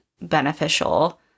beneficial